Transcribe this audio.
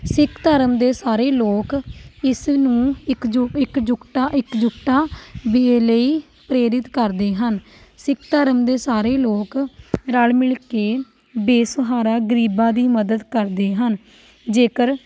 ਸਿੱਖ ਧਰਮ ਦੇ ਸਾਰੇ ਲੋਕ ਇਸ ਨੂੰ ਇੱਕ ਜੁ ਇੱਕ ਜੁਕਟਾ ਇੱਕ ਜੁਟਤਾ ਵੀ ਲਈ ਪ੍ਰੇਰਿਤ ਕਰਦੇ ਹਨ ਸਿੱਖ ਧਰਮ ਦੇ ਸਾਰੇ ਲੋਕ ਰਲ਼ ਮਿਲਕੇ ਬੇਸਹਾਰਾ ਗਰੀਬਾਂ ਦੀ ਮਦਦ ਕਰਦੇ ਹਨ ਜੇਕਰ